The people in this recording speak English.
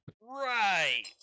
right